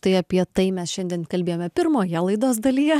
tai apie tai mes šiandien kalbėjome pirmoje laidos dalyje